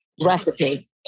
recipe